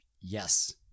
yes